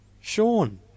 Sean